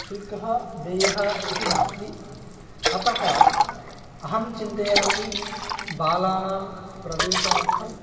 शुल्कः देयः इति नास्ति अतः अहं चिन्तयामि बालानां प्रवेशार्थं